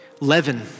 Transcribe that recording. leaven